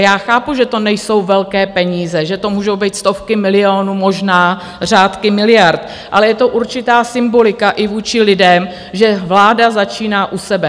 Já chápu, že to nejsou velké peníze, že to můžou být stovky milionů, možná řádky miliard, ale je to určitá symbolika i vůči lidem, že vláda začíná u sebe.